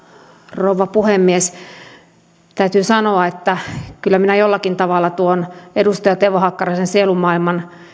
rouva puhemies täytyy sanoa että kyllä minä jollakin tavalla tuon edustaja teuvo hakkaraisen sielunmaailman